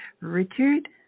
Richard